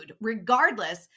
regardless